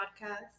podcast